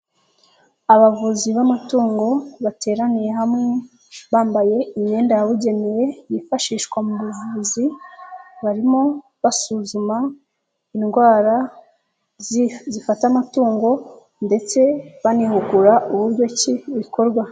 Abavuzi b'amatungo bateraniye hamwe bambaye imyenda yabugenewe yifashishwa mu buvuzi barimo basuzuma indwara zifata amatungo ndetse banihugura uburyo ki bikorwa.